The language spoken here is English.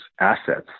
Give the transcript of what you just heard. assets